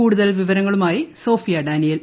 കൂടുതൽ വിവരങ്ങളുമായി Sophia Daniel